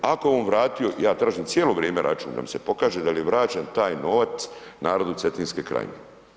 Ako je on vratio, ja tražim cijelo vrijeme račun da mi se pokaže da li je vraćen taj novac narodu Cetinske krajine.